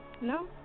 No